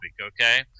okay